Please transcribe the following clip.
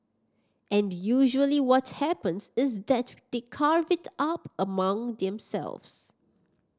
and usually what happens is that they carve it up among themselves